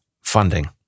funding